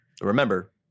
Remember